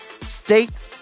state